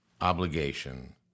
obligation